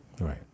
Right